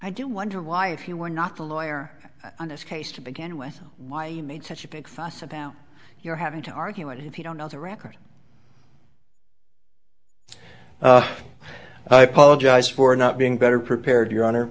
i do wonder why if you were not the lawyer on this case to begin with why you made such a big fuss about your having to argue it if you don't know the record i apologize for not being better prepared your honor